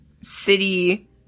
city